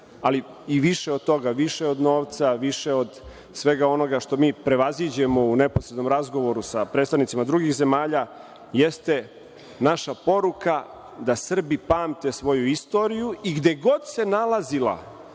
nasleđu. Više od toga, više od novca, više od svega onog što mi prevaziđemo u neposrednom razgovoru sa predstavnicima drugih zemalja jeste naša poruka da Srbi pamte svoju istoriju i gde god se nalazila